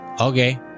Okay